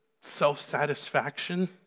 self-satisfaction